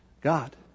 God